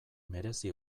merezi